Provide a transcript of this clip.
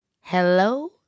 hello